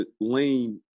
lean